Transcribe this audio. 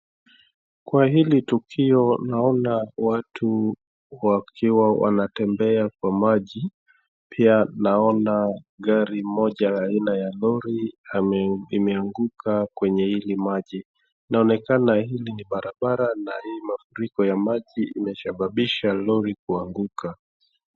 Kwa hili tukio naona watu wakiwa wanatembea kwa maji. Pia naona gari moja la aina ya lori imeanguka kwenye hili maji. Inaonekana hili ni barabara na hii mafuriko ya maji imesababisha lori kuanguka.